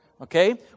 Okay